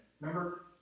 Remember